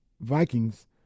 Vikings